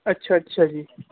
ਅੱਛਾ ਅੱਛਾ ਜੀ